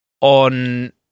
on